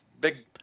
big